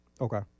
Okay